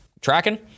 tracking